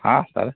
हाँ सर